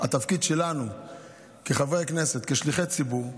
התפקיד שלנו כחברי כנסת, כשליחי ציבור,